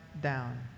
down